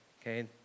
okay